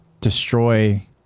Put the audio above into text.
destroy